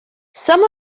some